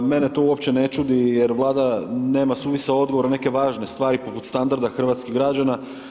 Mene to uopće ne čudi jer Vlada nema suvisao odgovor na neke važne stvari poput standarda hrvatskih građana.